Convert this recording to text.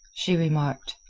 she remarked,